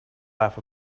laugh